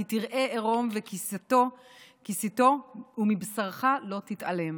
כי תראה ערֹם וכִסיתו ומבשרך לא תתעלם".